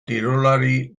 kirolari